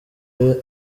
peeee